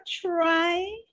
try